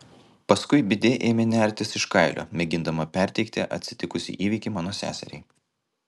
paskui bidė ėmė nertis iš kailio mėgindama perteikti atsitikusį įvykį mano seseriai